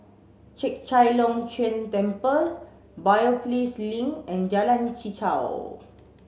Chek Chai Long Chuen Temple Biopolis Link and Jalan Chichau